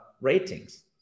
ratings